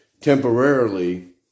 temporarily